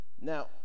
now